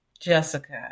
Jessica